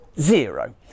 zero